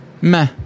Meh